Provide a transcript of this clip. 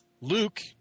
Luke